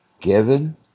given